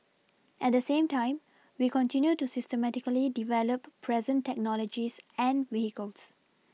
at the same time we continue to systematically develop present technologies and vehicles